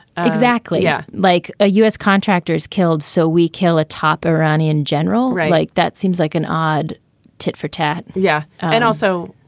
exactly. yeah like a u s. contractors killed. so we kill a top iranian general. like that seems like an odd tit for tat. yeah. and also.